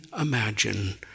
imagine